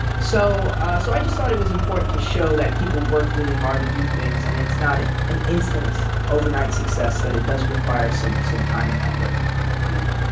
so ah so i just thought it was important to show that people worked really hard to do things and it's not an instant, overnight success that it does require some some time and effort yeah.